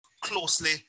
closely